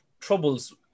troubles